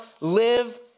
live